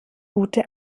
gute